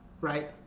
right